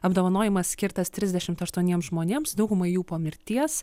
apdovanojimas skirtas trisdešimt aštuoniems žmonėms daugumai jų po mirties